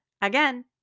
again